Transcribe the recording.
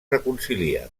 reconcilien